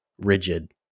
Rigid